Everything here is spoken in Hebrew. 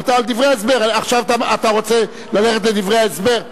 עכשיו אתה רוצה ללכת לדברי ההסבר?